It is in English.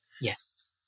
Yes